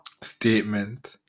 statement